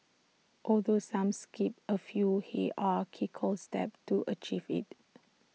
although some skipped A few hierarchical steps to achieve IT